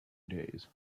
days